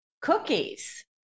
cookies